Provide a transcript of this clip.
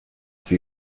for